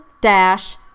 dash